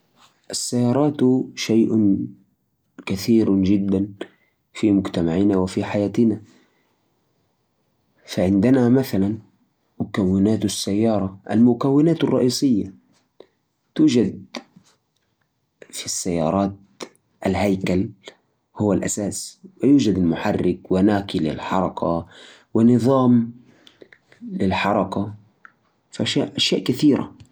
السيارة تتكون من مكونات رئيسية كثيرة. أولاً المحرك اللي يعطيها القوة والحركة. بعدين عندنا نظام النقل اللي ينقل الحركة للعجلات. كمان فيها الهيكل اللي يحمي الركاب ويعطي السيارة شكلها. وأخيراً نظام الفرامل اللي يساعد على إيقاف السيارة بشكل آمن.